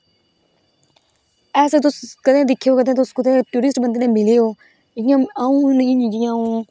ऐसा तुस कंदे दिक्खेओ कुते टूरिस्ट बंदे कन्नै मिलेओ इयां आंऊ नेईं